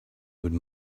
would